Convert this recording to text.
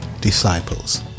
disciples